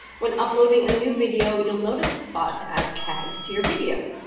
when uploading a new video, you'll notice a spot to add tags to your video.